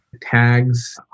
tags